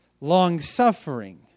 long-suffering